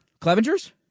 Clevenger's